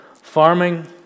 farming